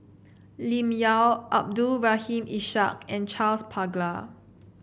Lim Yau Abdul Rahim Ishak and Charles Paglar